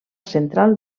central